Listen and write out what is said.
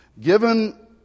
given